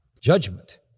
judgment